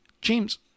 James